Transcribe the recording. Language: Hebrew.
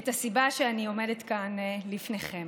את הסיבה שאני עומדת כאן לפניכם.